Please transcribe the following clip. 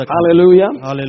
Hallelujah